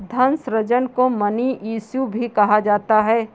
धन सृजन को मनी इश्यू भी कहा जाता है